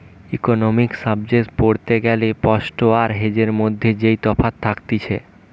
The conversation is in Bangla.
ইকোনোমিক্স সাবজেক্ট পড়তে গ্যালে স্পট আর হেজের মধ্যে যেই তফাৎ থাকতিছে